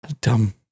Dumb